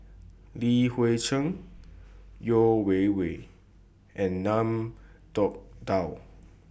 Li Hui Cheng Yeo Wei Wei and Ngiam Tong Dow